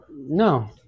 No